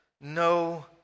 no